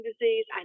disease